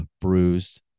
bruised